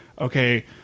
okay